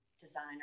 designer